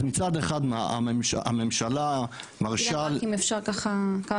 אז מצד אחד מהממשלה -- אם אפשר ככה כמה